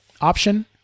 option